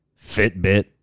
Fitbit